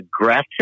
aggressive